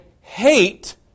hate